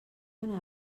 anar